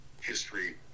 History